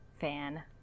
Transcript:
fan